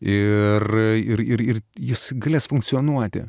ir ir jis galės funkcionuoti